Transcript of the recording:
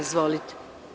Izvolite.